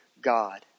God